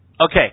Okay